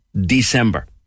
December